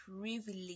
privilege